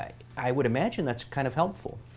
i i would imagine that's kind of helpful.